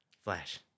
flash